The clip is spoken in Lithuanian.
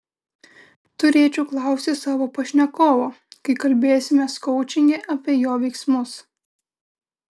turėčiau klausti savo pašnekovo kai kalbėsimės koučinge apie jo veiksmus